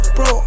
Bro